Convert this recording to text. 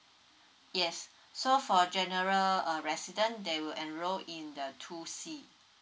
yes so for general uh resident they will enroll in the two c